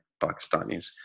Pakistanis